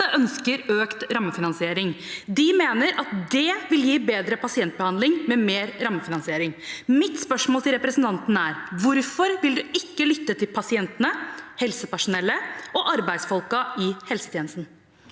ønsker økt rammefinansiering. De mener at det vil gi bedre pasientbehandling med mer rammefinansiering. Mitt spørsmål til representanten er: Hvorfor vil han ikke lytte til pasientene, helsepersonellet og arbeidsfolka i helsetjenesten?